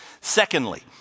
Secondly